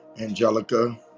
Angelica